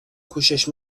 کوشش